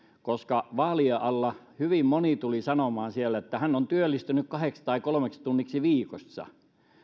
koska vaalien alla hyvin moni tuli sanomaan että hän on työllistynyt kahdeksi tai kolmeksi tunniksi viikossa